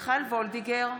מיכל וולדיגר,